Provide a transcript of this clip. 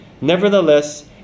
Nevertheless